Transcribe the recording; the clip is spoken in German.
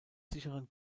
sicheren